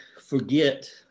forget